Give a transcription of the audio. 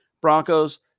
Broncos